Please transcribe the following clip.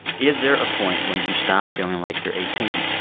is there a point when you stop feeling like you're eighteen?